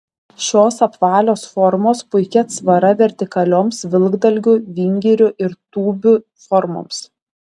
šios apvalios formos puiki atsvara vertikalioms vilkdalgių vingirių ir tūbių formoms